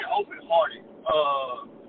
open-hearted